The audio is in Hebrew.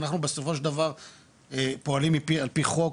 אנחנו בסופו של דבר פועלים על פי חוק,